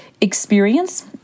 experience